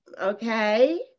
Okay